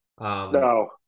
No